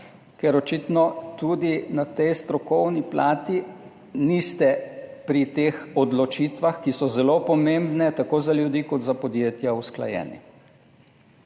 ker očitno tudi na tej strokovni plati niste pri teh odločitvah, ki so zelo pomembne tako za ljudi kot za podjetja, usklajeni.